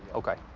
ok.